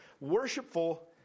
worshipful